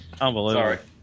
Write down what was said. Unbelievable